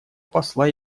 посла